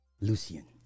Lucian